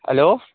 hello